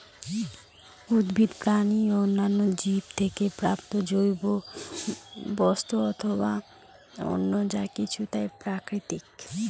উদ্ভিদ, প্রাণী ও অন্যান্য জীব থেকে প্রাপ্ত জৈব বস্তু অথবা অন্য যা কিছু তাই প্রাকৃতিক